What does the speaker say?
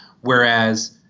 Whereas